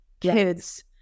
kids